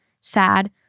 sad